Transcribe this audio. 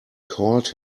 called